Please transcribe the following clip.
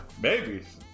babies